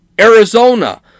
Arizona